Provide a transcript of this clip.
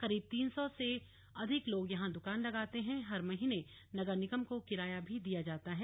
करीब तीन सौ से अधिक लोग यहां दुकान लगाते हैं हर महीने नगर निगम को किराया भी दिया जाता है